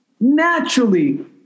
naturally